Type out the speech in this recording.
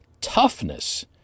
toughness